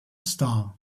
star